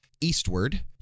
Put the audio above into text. Eastward